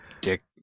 Dick